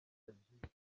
belgique